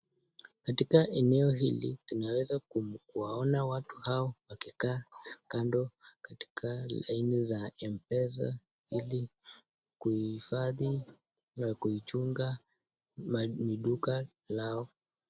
Katika eneo hili, tunaweza kum, kuwaona watu hao wakikaa kando, katika laini za Mpesa ili, kuhifadhi, na kuichunga, ma, mi, duka, lao.